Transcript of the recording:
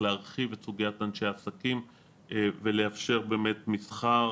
להרחיב את סוגיית אנשי העסקים ולאפשר מסחר,